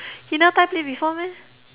he never tie plait before meh